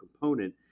component